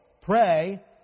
pray